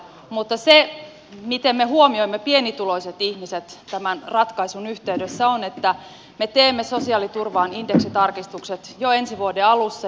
mutta se miten me huomioimme pienituloiset ihmiset tämän ratkaisun yhteydessä on se että me teemme sosiaaliturvaan indeksitarkistukset jo ensi vuoden alussa